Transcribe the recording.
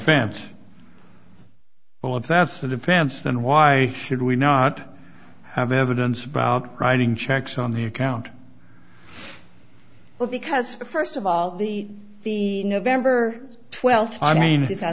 offense well if that's the defense then why should we not have evidence about writing checks on the account well because first of all the the november twelfth